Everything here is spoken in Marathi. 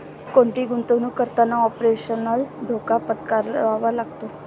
कोणतीही गुंतवणुक करताना ऑपरेशनल धोका पत्करावा लागतो